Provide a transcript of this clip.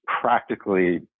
practically